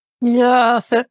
Yes